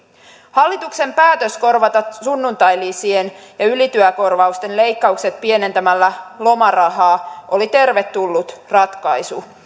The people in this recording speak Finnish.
hallituksen päätös korvata sunnuntailisien ja ylityökorvausten leikkaukset pienentämällä lomarahaa oli tervetullut ratkaisu